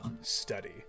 study